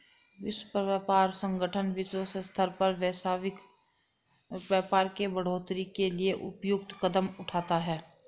विश्व व्यापार संगठन विश्व स्तर पर वैश्विक व्यापार के बढ़ोतरी के लिए उपयुक्त कदम उठाता है